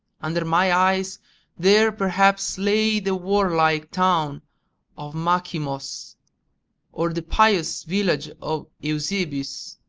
under my eyes there perhaps lay the warlike town of makhimos or the pious village of eusebes,